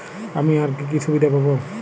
আমি আর কি কি সুবিধা পাব?